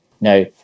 Now